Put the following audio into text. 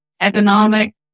economic